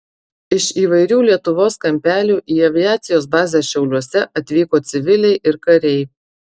iš įvairių lietuvos kampelių į aviacijos bazę šiauliuose atvyko civiliai ir kariai